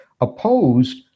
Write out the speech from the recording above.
opposed